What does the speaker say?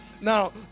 Now